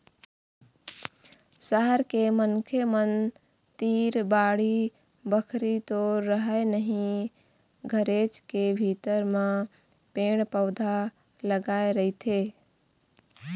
सहर के मनखे मन तीर बाड़ी बखरी तो रहय नहिं घरेच के भीतर म पेड़ पउधा लगाय रहिथे